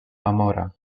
amora